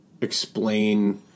explain